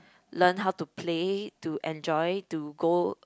learn how to play to enjoy to go